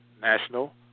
national